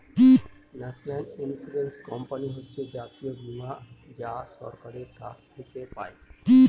national insurance company হচ্ছে জাতীয় বীমা যা সরকারের কাছ থেকে পাই